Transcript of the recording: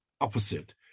opposite